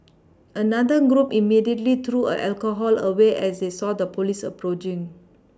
another group immediately threw a alcohol away as they saw the police approaching